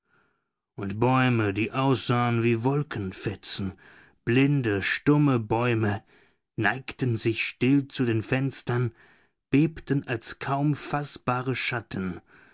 und bäume die aussahen wie wolkenfetzen blinde stumme bäume neigten sich still zu den fenstern bebten als kaum faßbare schatten